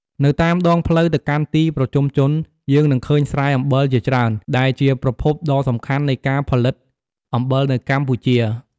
នៅតាមដងផ្លូវទៅកាន់ទីប្រជុំជន យើងនឹងឃើញស្រែអំបិលជាច្រើន ដែលជាប្រភពដ៏សំខាន់នៃការផលិតអំបិលនៅកម្ពុជា។